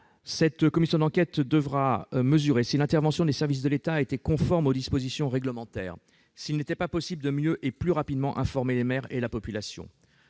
Cette commission d'enquête devra également déterminer si l'intervention des services de l'État a été conforme aux dispositions réglementaires et s'il n'était pas possible de mieux et plus rapidement informer les maires et la population.